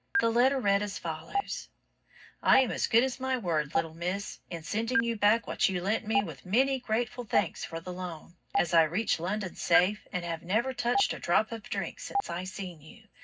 the letter read as follows i am as good as my word, little miss, in sending you back what you lent me with many grateful thanks for the loan, as i reached london safe and have never touched a drop of drink since i seen you,